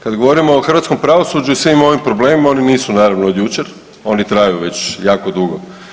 Kad govorimo o hrvatskom pravosuđu i svim ovim problemima oni nisu naravno od jučer, oni traju već jako dugo.